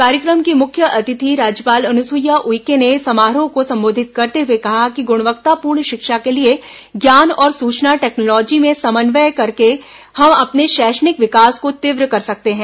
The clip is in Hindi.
कार्यक्रम की मुख्य अतिथि राज्यपाल अनुसुईया उइके ने समारोह को संबोधित करते हुए कहा कि गुणवत्तापूर्ण शिक्षा के लिए ज्ञान और सूचना टेक्नोलॉजी में समन्वय करके हम अपने शैक्षिक विकास को तीव्र कर सकते हैं